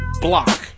block